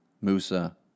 Musa